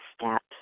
steps